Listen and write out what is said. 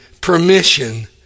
Permission